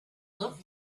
looked